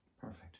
Perfect